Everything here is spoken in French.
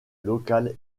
locale